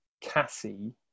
Cassie